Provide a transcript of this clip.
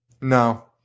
No